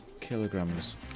kilograms